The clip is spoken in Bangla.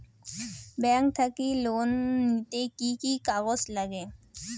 ব্যাংক থাকি লোন নিতে কি কি কাগজ নাগে?